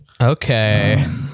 Okay